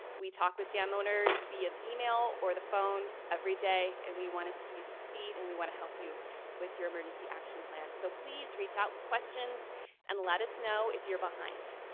we talk with dam owners via email or the phone every day, and we wanna see you succeed, and we wanna help you with your emergency action plan. so please reach out with questions and let us know if you're behind,